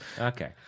Okay